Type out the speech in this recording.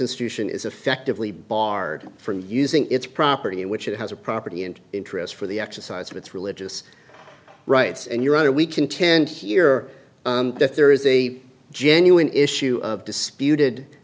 institution is effectively barred from using its property in which it has a property and interest for the exercise of its religious rights and your honor we contend here that there is a genuine issue of disputed